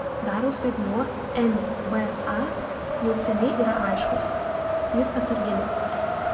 dariaus vaidmuo nba jau seniai yra aiškus jis atsarginis